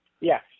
Yes